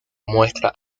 muestra